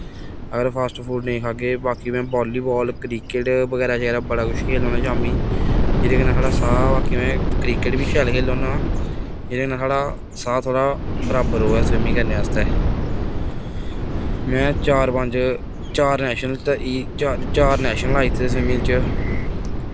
अगर fast food नेईं खाह्गे बाकी में वॉलीबॉल क्रिकेट बगैरा खेल्लना बड़ा कुछ खेल्लना होना शामीं जेह्दे कन्नै साढ़ा साह् कि में क्रिकेट बी शैल खेल्लना होना जेह्दे कन्नै साढ़ा साह् थोह्ड़ा बराबर र'वै स्विमिंग करने आस्तै में चार पंज चार नेशनल चार नेशनल लाई दित्ते स्विमिंग च